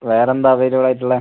വേറെ എന്താ അവൈലബിൾ ആയിട്ട് ഉള്ളത്